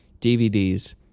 dvds